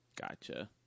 Gotcha